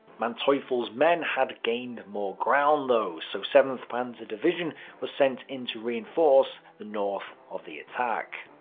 manteuffel's men had gained more ground though, so seventh panzer division was sent in to reinforce the north of the attack.